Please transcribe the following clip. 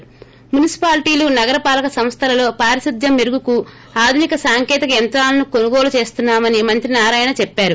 ి ప్ర మునిసిపాలిటీలు నగర పాలక సంస్లలో పారిశుధ్యం మెరుగుకు ఆధునిక సాంకేతిక యంత్రాలను కొనుగోలు చేస్తున్నా మని మంత్రి నారాయణ చెప్పారు